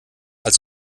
als